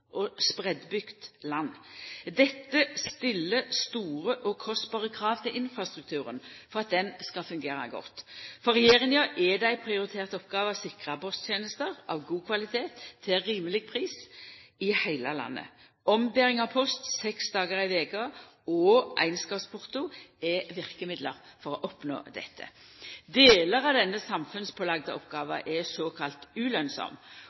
land med spreidd busetnad. Dette stiller store og kostbare krav til infrastrukturen for at den skal fungera godt. For regjeringa er det ei prioritert oppgåve å sikra posttenester av god kvalitet til rimeleg pris i heile landet. Ombering av post seks dagar i veka og einskapsporto er verkemiddel for å oppnå dette. Delar av denne samfunnspålagde